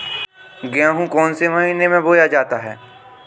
गेहूँ कौन से महीने में बोया जाता है?